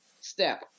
step